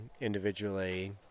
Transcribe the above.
individually